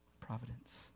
Providence